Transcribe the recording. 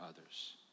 others